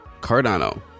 Cardano